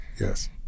Yes